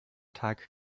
tag